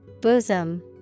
Bosom